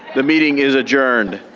the meeting is adjourned.